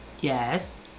Yes